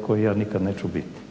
koji ja nikada neću biti.